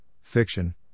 Fiction